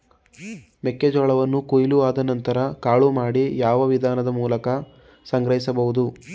ಮೆಕ್ಕೆ ಜೋಳವನ್ನು ಕೊಯ್ಲು ಆದ ನಂತರ ಕಾಳು ಮಾಡಿ ಯಾವ ವಿಧಾನದ ಮೂಲಕ ಸಂಗ್ರಹಿಸಬಹುದು?